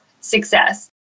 success